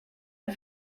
ein